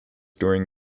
during